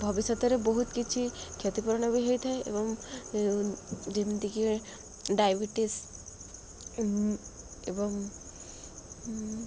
ଭବିଷ୍ୟତରେ ବହୁତ କିଛି କ୍ଷତିପୂରଣ ବି ହୋଇଥାଏ ଏବଂ ଯେମିତିକି ଡ଼ାଇବେଟିସ୍ ଏବଂ